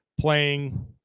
playing